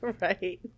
Right